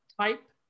type